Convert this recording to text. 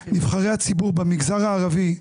נבחרי הציבור מהמגזר הערבי,